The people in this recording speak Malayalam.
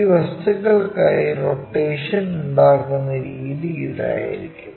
ഈ വസ്തുക്കൾക്കായി റൊട്ടേഷൻ ഉണ്ടാക്കുന്ന രീതി ഇതായിരിക്കും